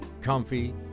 comfy